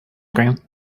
cream